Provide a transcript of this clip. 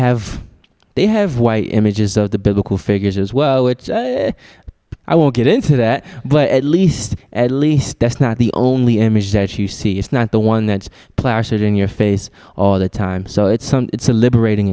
have they have white images of the biblical figures as well i won't get into that but at least at least that's not the only image that you see it's not the one that's plastered in your face all the time so it's it's a liberating